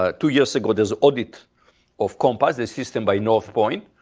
ah two years ago, there's audit of composite system by northpointe.